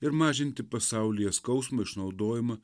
ir mažinti pasaulyje skausmą išnaudojimą